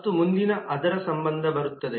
ಮತ್ತು ಮುಂದಿನ ಅದರ ಸಂಬಂಧ ಬರುತ್ತದೆ